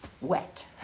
wet